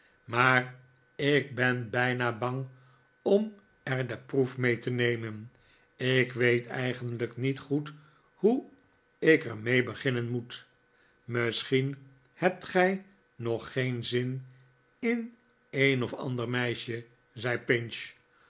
maar ik ben bijna bang om er de proef mee te nemen ik weet eigenlijk niet goed hoe ik er mee beginnen moet misschien hebt gij nog geen zin in een of ander meisje zei pinch